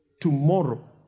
tomorrow